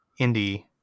indie